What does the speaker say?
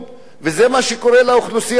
זה מה שקורה לאוכלוסייה הערבית.